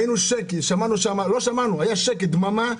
היה שקט, דממה.